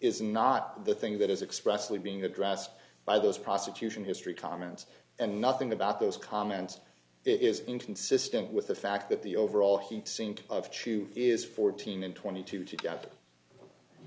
is not the thing that is expressively being addressed by those prosecution history comments and nothing about those comments is inconsistent with the fact that the overall heat sink of two is fourteen and twenty two together